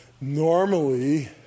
normally